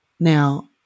Now